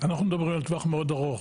אנחנו מדברים על טווח מאוד ארוך,